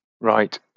Right